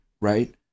right